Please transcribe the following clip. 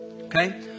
Okay